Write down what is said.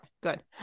good